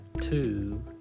two